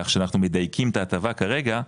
כך שאנחנו מדייקים את ההטבה כרגע,